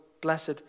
blessed